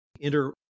enter